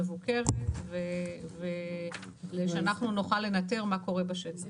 מבוקרת כדי שאנחנו נוכל לנטר מה קורה בשטח.